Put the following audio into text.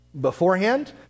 beforehand